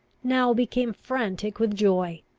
now became frantic with joy.